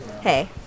Hey